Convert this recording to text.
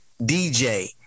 DJ